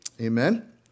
Amen